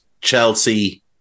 Chelsea